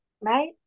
right